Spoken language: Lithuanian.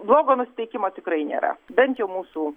blogo nusiteikimo tikrai nėra bent jau mūsų